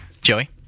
Joey